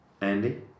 Andy